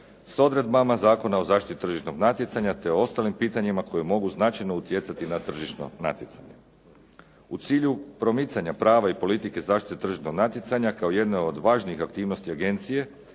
s odredbama Zakona o zaštiti tržišnog natjecanja te o ostalim pitanjima koja mogu značajno utjecati na tržišno natjecanje. U cilju promicanja prava i politike zaštite tržišnog natjecanja kao jedne od važnih aktivnosti agencije